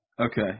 Okay